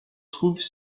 trouvent